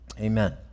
amen